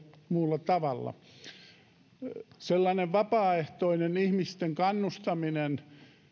muulla tavalla sellainen vapaaehtoinen ihmisten kannustaminen